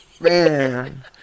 Man